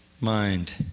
mind